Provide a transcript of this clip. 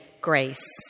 grace